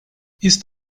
ist